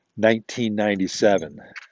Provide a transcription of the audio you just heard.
1997